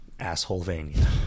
assholevania